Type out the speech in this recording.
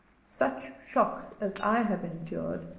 such shocks as i have endured,